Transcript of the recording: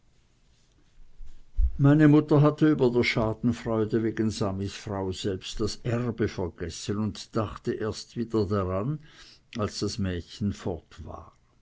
meine mutter hatte über der schadenfreude wegen samis frau selbst das erbe vergessen und dachte erst wieder daran als das mädchen fort war